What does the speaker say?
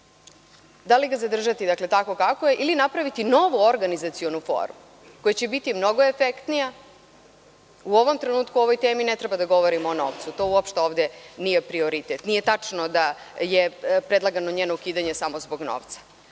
da li ga zadržati tako kako je ili napraviti novu organizacionu formu, koja će biti mnogo efektnija? U ovom trenutku o ovoj temi ne treba da govorimo o novcu, to uopšte ovde nije prioritet. Nije tačno da je predlagano njeno ukidanje samo zbog novca.